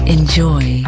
Enjoy